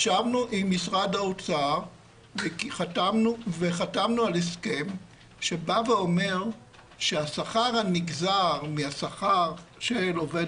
ישבנו עם משרד האוצר וחתמנו על הסכם שאומר שהשכר הנגזר מהשכר של עובד